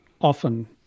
Often